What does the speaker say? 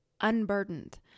unburdened